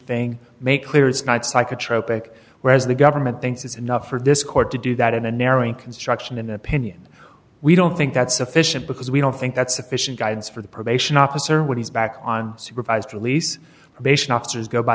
thing make clear it's not psychotropic whereas the government thinks it's enough for this court to do that in a narrowing construction an opinion we don't think that's sufficient because we don't think that's sufficient guides for the probation officer when he's back on supervised release relation officers go by